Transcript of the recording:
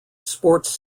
sports